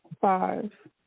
five